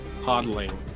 Hodling